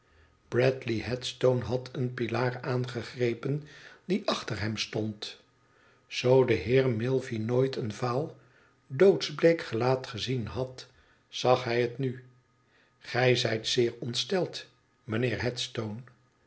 bradley headstone had een pilaar aangegrepen die achter hem stond zoo de heer milvey nooit een vaal doodsbleek gelaat gezien had zag hij het nu gij zijt zeer ongesteld mijnheer headstone